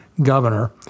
governor